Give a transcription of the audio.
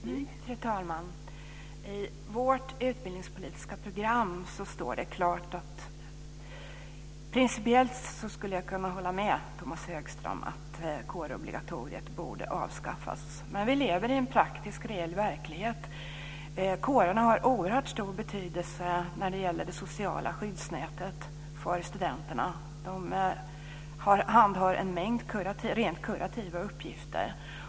Fru talman! I vårt utbildningspolitiska program står det här klart. Principiellt skulle jag kunna hålla med Tomas Högström om att kårobligatoriet borde avskaffas. Men vi lever i en praktisk, reell verklighet. Kårerna har oerhört stor betydelse när det gäller det sociala skyddsnätet för studenterna. De handhar en mängd rent kurativa uppgifter.